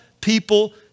people